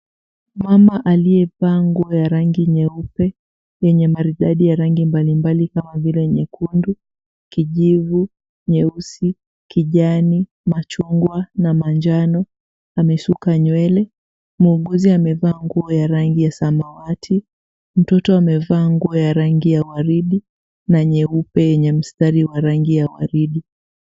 Mama aliyevaa nguo ya rangi nyeupe yenye maridadi mbalimbali kama vile nyekundu, kijivu, nyeusi, kijani, machungwa na manjano amesuka nywele. Muuguzi amevaa nguo ya rangi ya samawati. Mtoto amevaa nguo ya rangi ya waridi na nyeupe yenye mistari wa rangi ya waridi.